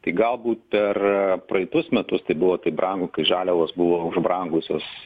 tai galbūt per praeitus metus tai buvo taip brangu kai žaliavos buvo brangusios